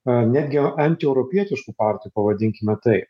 natgi antieuropietiškų partijų pavadinkime taip